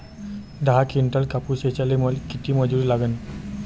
दहा किंटल कापूस ऐचायले किती मजूरी लागन?